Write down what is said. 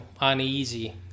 uneasy